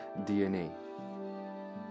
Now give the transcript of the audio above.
DNA